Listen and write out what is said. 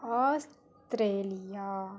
Australia